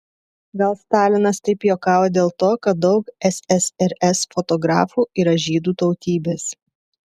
gal stalinas taip juokavo dėl to kad daug ssrs fotografų yra žydų tautybės